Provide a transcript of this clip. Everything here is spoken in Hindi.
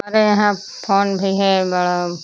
हमारे यहाँ फोन भी है बड़ा